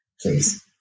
Please